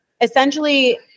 essentially